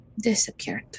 disappeared